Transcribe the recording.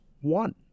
one